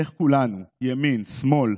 ואיך כולנו, ימין שמאל,